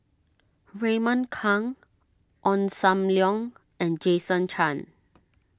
Raymond Kang Ong Sam Leong and Jason Chan